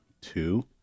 two